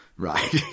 Right